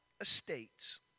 estates